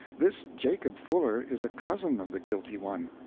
this jacob fuller is a cousin of the guilty one.